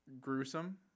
gruesome